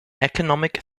economic